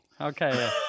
Okay